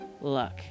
Look